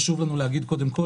חשוב לנו להגיד קודם כול,